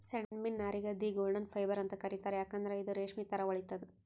ಸೆಣಬಿನ್ ನಾರಿಗ್ the golden fibre ಅಂತ್ ಕರಿತಾರ್ ಯಾಕಂದ್ರ್ ಇದು ರೇಶ್ಮಿ ಥರಾ ಹೊಳಿತದ್